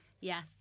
Yes